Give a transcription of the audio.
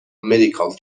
medical